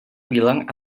bilang